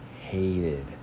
hated